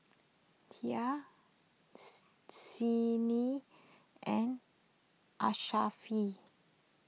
Dhia Senin and